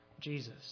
Jesus